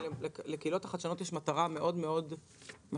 לקהילות החדשנות יש מטרה מאוד מאוד משמעותית.